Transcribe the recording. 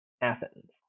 Athens